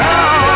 Now